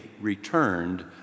returned